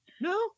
No